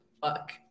fuck